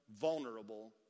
vulnerable